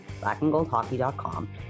blackandgoldhockey.com